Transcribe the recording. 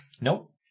Nope